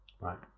right